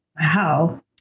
Wow